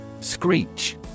Screech